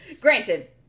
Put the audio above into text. Granted